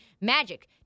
magic